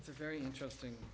it's a very interesting